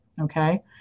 okay